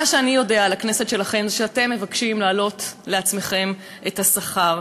מה שאני יודע על הכנסת שלכם זה שאתם מבקשים להעלות לעצמכם את השכר.